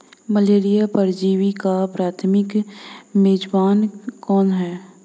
Malaria परजीवी का प्राथमिक मेजबान कौन है?